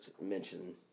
mention